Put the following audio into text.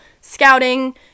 scouting